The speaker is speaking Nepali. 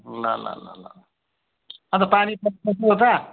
ल ल ल अन्त पानी उता